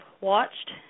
watched